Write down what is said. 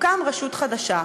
רשות חדשה.